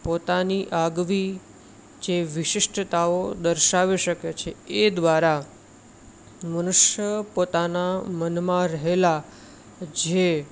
પોતાની આગવી જે વિશિષ્ટતાઓ દર્શાવી શકે એ દ્વારા મનુષ્યો પોતાના મનમાં રહેલા જે